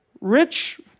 rich